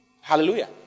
Hallelujah